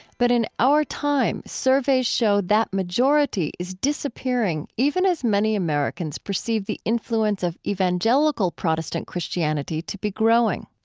but in our time, surveys show that majority is disappearing even as many americans perceive the influence of evangelical protestant christianity to be growing.